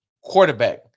quarterback